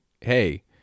hey